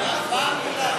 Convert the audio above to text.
מה המילה?